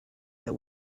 that